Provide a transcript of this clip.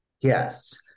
Yes